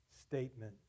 statement